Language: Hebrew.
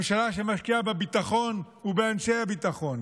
ממשלה שמשקיעה בביטחון ובאנשי הביטחון,